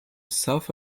south